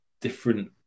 different